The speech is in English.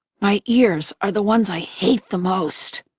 my ears are the ones i hate the most.